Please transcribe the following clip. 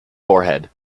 forehead